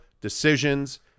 decisions